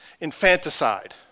infanticide